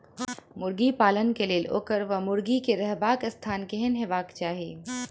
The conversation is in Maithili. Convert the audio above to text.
मुर्गी पालन केँ लेल ओकर वा मुर्गी केँ रहबाक स्थान केहन हेबाक चाहि?